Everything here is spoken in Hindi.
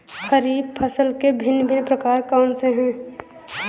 खरीब फसल के भिन भिन प्रकार कौन से हैं?